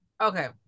Okay